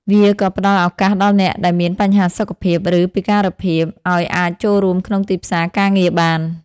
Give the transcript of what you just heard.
វាក៏ផ្តល់ឱកាសដល់អ្នកដែលមានបញ្ហាសុខភាព ឬពិការភាព ឱ្យអាចចូលរួមក្នុងទីផ្សារការងារបាន។